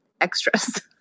extras